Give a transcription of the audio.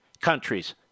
countries